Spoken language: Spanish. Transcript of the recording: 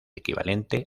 equivalente